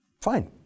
fine